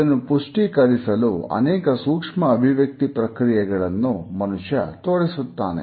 ಇದನ್ನು ಪುಷ್ಟೀಕರಿಸಲು ಅನೇಕ ಸೂಕ್ಷ್ಮ ಅಭಿವ್ಯಕ್ತಿ ಪ್ರಕ್ರಿಯೆಗಳನ್ನು ಮನುಷ್ಯ ತೋರಿಸುತ್ತಾನೆ